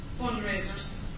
fundraisers